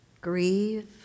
grieve